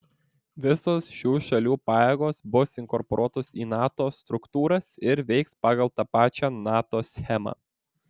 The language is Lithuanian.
visos šių šalių pajėgos bus inkorporuotos į nato struktūras ir veiks pagal tą pačią nato schemą